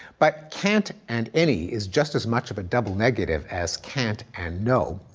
but can't and any is just as much of a double negative as can't and no.